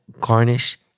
garnish